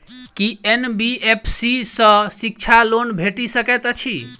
की NBFC सँ शिक्षा loan भेटि सकैत अछि?